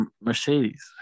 mercedes